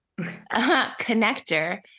connector